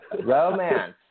Romance